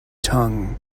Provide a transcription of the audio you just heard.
tongue